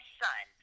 son